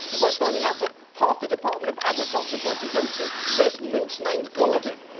it's like finding out that half the department of agriculture budget goes to this moose named gordon.